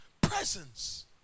presence